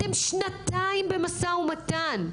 אתם שנתיים במשא-ומתן,